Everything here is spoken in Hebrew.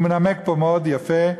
הוא מנמק פה מאוד יפה,